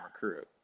recruit